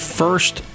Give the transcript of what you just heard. first